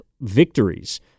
victories